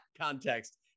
context